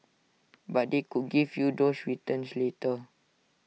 but they could give you those returns later